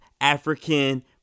African